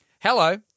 Hello